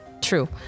True